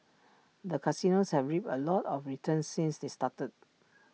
the casinos have reaped A lot of returns since they started